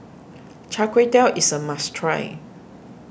Char Kway Teow is a must try